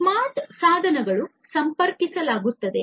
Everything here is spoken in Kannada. ಸ್ಮಾರ್ಟ್ ಸಾಧನಗಳನ್ನು ಸಂಪರ್ಕಿಸಲಾಗುತ್ತದೆ